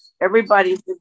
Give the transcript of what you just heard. everybody's